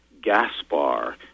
Gaspar